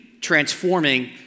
transforming